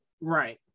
Right